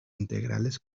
integrales